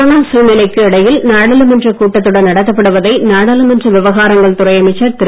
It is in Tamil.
கொரோனா சூழ்நிலைக்கு இடையில் நாடாளுமன்றக் கூட்டத்தொடர் நடத்தப்படுவதை நாடாளுமன்ற விவகாரங்கள் துறை அமைச்சர் திரு